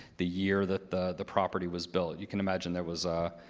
the year that the the property was built. you can imagine there was a